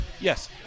Yes